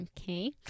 Okay